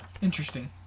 Interesting